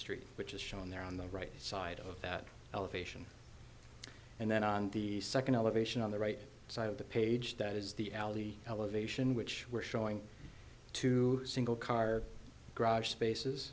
street which is shown there on the right side of that elevation and then on the second elevation on the right side of the page that is the alley elevation which we're showing to single car garage spaces